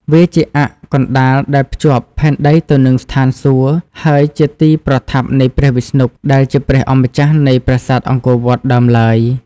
វាជាអ័ក្សកណ្តាលដែលភ្ជាប់ផែនដីទៅនឹងស្ថានសួគ៌ ហើយជាទីប្រថាប់នៃព្រះវិស្ណុ ដែលជាព្រះអម្ចាស់នៃប្រាសាទអង្គរវត្តដើមឡើយ។